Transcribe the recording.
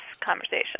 conversation